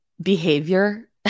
behavior